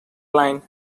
line